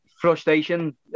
frustration